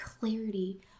clarity